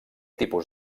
tipus